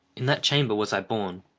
in that chamber was i born.